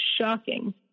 shocking